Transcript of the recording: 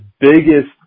biggest